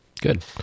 Good